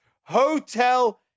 Hotel